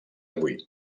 avui